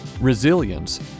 resilience